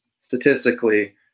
statistically